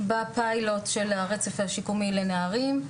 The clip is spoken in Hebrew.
בפיילוט של הרצף השיקומי לנערים.